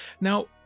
Now